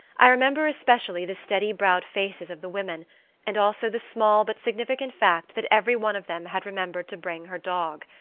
i remember especially the steady-browed faces of the women and also the small but significant fact that every one of them had remembered to bring her dog.